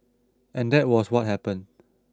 and that was what happened